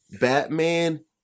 Batman